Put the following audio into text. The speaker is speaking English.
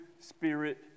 spirit